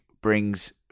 brings